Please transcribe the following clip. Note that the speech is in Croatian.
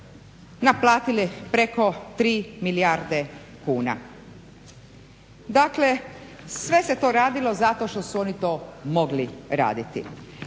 naplatile preko 3 milijarde kuna. Dakle, sve se to radilo zato što su oni to mogli raditi.